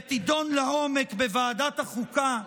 ותידון לעומק בוועדת החוקה,